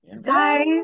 guys